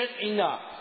enough